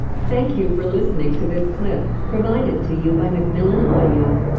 thank you for listening to this clip provided to you by mcmillan audio.